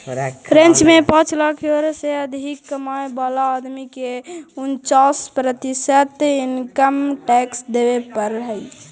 French में पाँच lakh euro से अधिक कमाय वाला आदमी के उन्चास प्रतिशत इनकम टैक्स देवे पड़ऽ हई